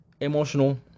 emotional